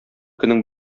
көнең